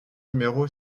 numéro